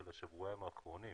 של השבועיים האחרונים,